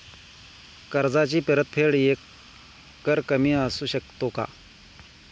कर्जाची परतफेड एकरकमी करू शकतो का?